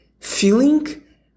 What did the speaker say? feeling